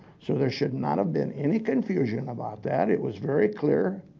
so there should not have been any confusion about that. it was very clear,